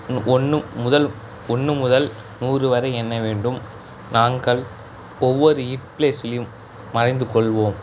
நு ஒன்று முதல் ஒன்று முதல் நூறு வரை எண்ண வேண்டும் நாங்கள் ஒவ்வொரு இட் ப்லேஸ்லியும் மறைந்து கொள்வோம்